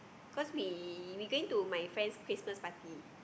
cause we we going to my friends Christmas party